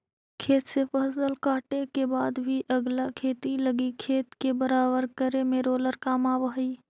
खेत से फसल काटे के बाद भी अगला खेती लगी खेत के बराबर करे में रोलर काम आवऽ हई